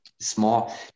small